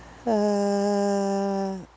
uh